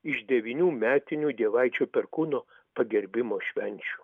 iš devynių metinių dievaičio perkūno pagerbimo švenčių